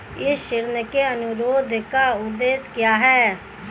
इस ऋण अनुरोध का उद्देश्य क्या है?